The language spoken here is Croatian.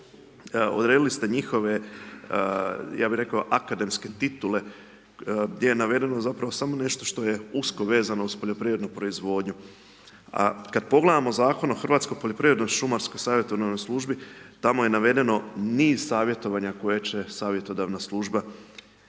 odredili ste njihove, ja bi rekao akademske titule gdje je navedeno zapravo samo nešto što je usko vezano uz poljoprivrednu proizvodnju a kad pogledamo zakon o Hrvatskoj poljoprivrednoj-šumarskoj savjetodavnoj službi, tamo je navedeno niz savjetovanja koje će savjetodavna služba